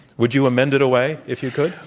would you amend it away if you could?